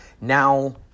Now